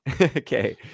Okay